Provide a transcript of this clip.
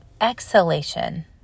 exhalation